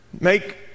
Make